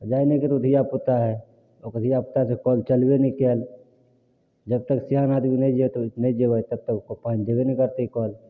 जाहि ने ककरो धियापुता हइ ओकर धियापुतासँ कल चलबे नहि कयल जबतक सेआन आदमी नहि जायत नहि जेबै तबतक ओकरा पानि देबे नहि करतै कल